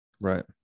Right